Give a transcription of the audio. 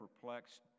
perplexed